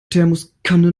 thermoskanne